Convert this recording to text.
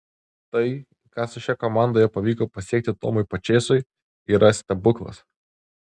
tai ką su šia komanda jau pavyko pasiekti tomui pačėsui yra stebuklas